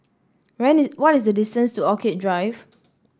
what is the distance to Orchid Drive